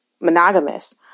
monogamous